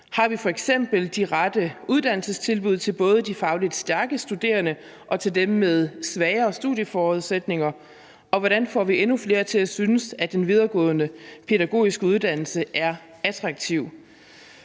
Har vi f.eks. de rette uddannelsestilbud til både de fagligt stærke studerende og til dem med svagere studieforudsætninger? Og hvordan får vi endnu flere til at synes, at den videregående pædagogiske uddannelse er attraktiv?